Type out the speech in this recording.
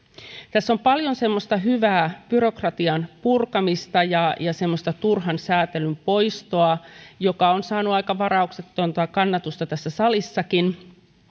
tässä on paljon semmoista hyvää byrokratian purkamista ja ja semmoista turhan sääntelyn poistoa mikä on saanut aika varauksetonta kannatusta tässä salissakin